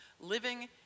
living